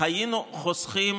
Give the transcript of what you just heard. היינו חוסכים,